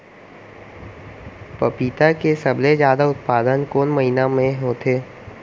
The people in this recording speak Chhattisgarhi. पपीता के सबले जादा उत्पादन कोन महीना में होथे?